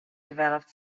developed